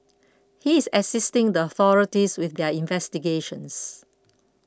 he is assisting the authorities with their investigations